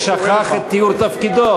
הוא שכח את ייעוד תפקידו.